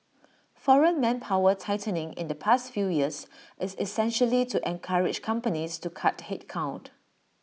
foreign manpower tightening in the past few years is essentially to encourage companies to cut headcount